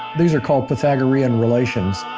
these are called pythagorean relations